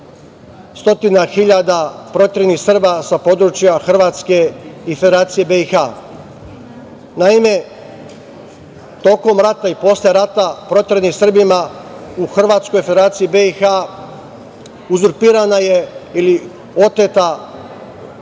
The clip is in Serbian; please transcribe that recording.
hiljada proteranih Srba sa područja Hrvatske i Federacije BiH. Naime, tokom rata i posle rata proteranim Srbima u Hrvatskoj i Federaciji BiH uzurpirana je ili oteta